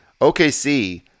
OKC